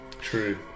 True